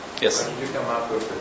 Yes